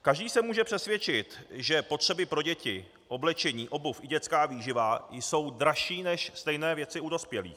Každý se může přesvědčit, že potřeby pro děti, oblečení, obuv i dětská výživa, jsou dražší než stejné věci u dospělých.